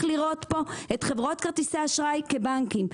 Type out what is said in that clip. לראות פה את חברות כרטיסי האשראי כבנקים.